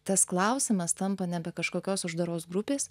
tas klausimas tampa nebe kažkokios uždaros grupės